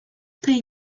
tej